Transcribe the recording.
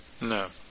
No